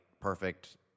perfect